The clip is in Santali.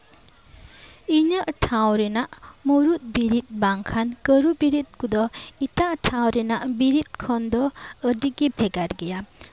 ᱤᱧᱟᱹᱜ ᱴᱷᱟᱶ ᱨᱮᱭᱟᱜ ᱢᱩᱬᱩᱫ ᱵᱤᱨᱤᱫ ᱵᱟᱝᱠᱷᱟᱱ ᱠᱟᱹᱨᱩ ᱵᱤᱨᱤᱫ ᱠᱚᱫᱚ ᱮᱴᱟᱜ ᱴᱷᱟᱶ ᱨᱮᱭᱟᱜ ᱵᱤᱨᱤᱫ ᱠᱷᱚᱱ ᱫᱚ ᱟᱹᱰᱤ ᱜᱮ ᱵᱷᱮᱜᱟᱨ ᱜᱮᱭᱟ